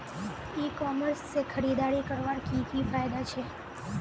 ई commerce से खरीदारी करवार की की फायदा छे?